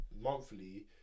monthly